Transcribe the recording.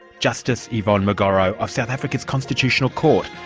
justice yvonne mokgoro, of south africa's constitutional court,